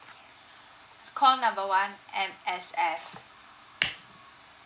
call number one M_S_F